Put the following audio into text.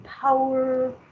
power